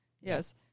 Yes